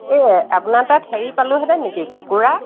এই আপোনাৰ তাত হেৰি পালোহেঁতেন নেকি কুকুৰা